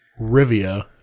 Rivia